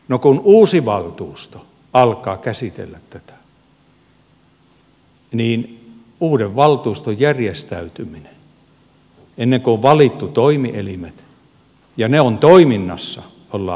no kun uusi valtuusto alkaa käsitellä tätä niin ennen kuin on uuden valtuuston järjestäytyminen ja on valittu toimielimet ja ne ovat toiminnassa ollaan helmikuussa